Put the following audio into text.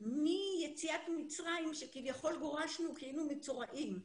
מיציאת מצרים שכביכול גורשנו כי היינו מצורעים,